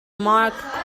mark